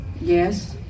yes